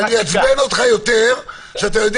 ואני אעצבן אותך יותר, שאתה יודע